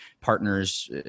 partners